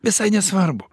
visai nesvarbu